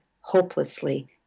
hopelessly